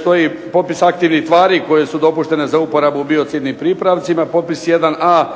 stoji popis aktivnih tvari koje su dopuštene za uporabu biocidnih pripravcima. Popis 1a